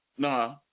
no